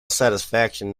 satisfaction